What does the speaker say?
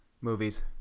movies